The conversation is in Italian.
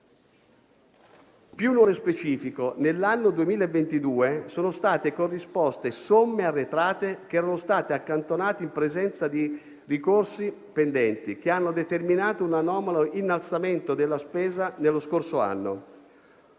Più nello specifico, nell'anno 2022 sono state corrisposte somme arretrate che erano state accantonate in presenza di ricorsi pendenti che hanno determinato un anomalo innalzamento della spesa nello scorso anno.